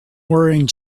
wearing